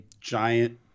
giant